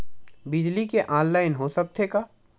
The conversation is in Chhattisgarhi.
बिजली के ऑनलाइन हो सकथे का?